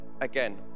again